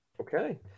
Okay